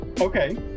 Okay